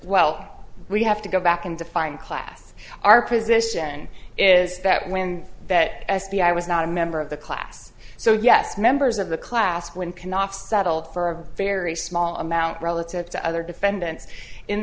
well we have to go back and define class our position is that when that s p i was not a member of the class so yes members of the class one cannot settle for a very small amount relative to other defendants in